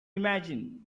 imagine